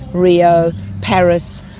rio, paris,